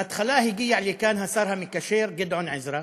בהתחלה הגיע לכאן השר המקשר גדעון עזרא,